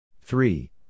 Three